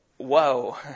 Whoa